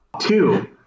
Two